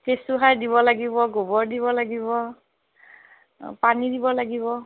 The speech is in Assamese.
কেঁচু সাৰ দিব লাগিব গোবৰ দিব লাগিব পানী দিব লাগিব